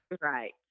Right